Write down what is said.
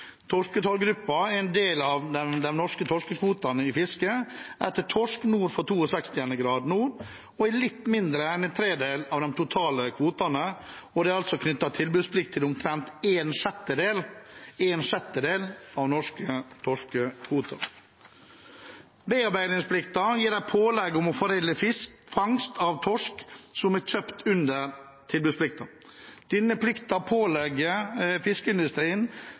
er en del av de norske torskekvotene i fisket etter torsk nord for 62 grader nord og er litt mindre enn en tredjedel av de totale kvotene, og det er altså knyttet tilbudsplikt til omtrent en sjettedel av norske torskekvoter. Bearbeidingsplikten gir dem pålegg om å foredle fisk, fangst av torsk, som er kjøpt under tilbudsplikten. Denne plikten pålegger fiskeindustrien,